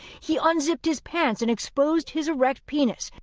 he unzipped his pants and exposed his erect penis.